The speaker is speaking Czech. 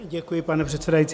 Děkuji, pane předsedající.